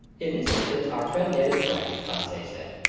in this instance our friend ned is right, conseil said,